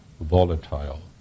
volatile